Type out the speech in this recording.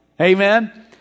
Amen